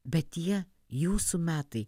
bet tie jūsų metai